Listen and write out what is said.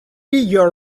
air